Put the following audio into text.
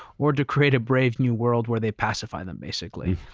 or to create a brave new world where they pacify them, basically.